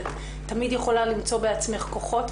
שאת תמיד יכולה למצוא בעצמך כוחות,